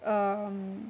um